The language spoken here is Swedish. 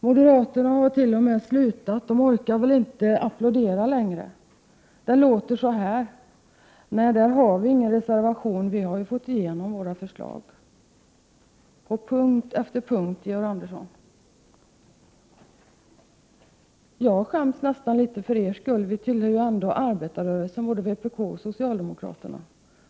Moderaterna har t.o.m. slutat med detta, de orkar väl inte applådera längre. Man säger så här: Nej, i den frågan har vi ingen reservation, vi har ju fått igenom våra förslag. Så är det på punkt efter punkt, Georg Andersson. Jag skäms nästan litet för er skull, vi tillhör ju ändå arbetarrörelsen, både vpk och socialdemokraterna.